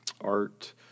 art